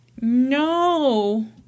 No